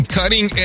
cutting